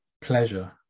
pleasure